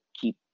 keep